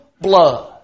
blood